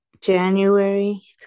January